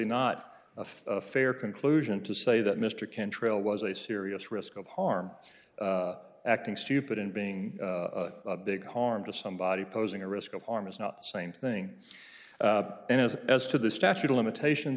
not a fair conclusion to say that mr cantrell was a serious risk of harm acting stupid and being a big harm to somebody posing a risk of harm is not the same thing as as to the statute of limitations